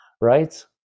right